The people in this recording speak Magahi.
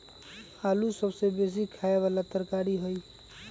आलू सबसे बेशी ख़ाय बला तरकारी हइ